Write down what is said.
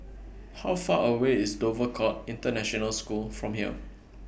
How Far away IS Dover Court International School from here